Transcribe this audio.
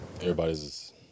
Everybody's